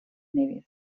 nevis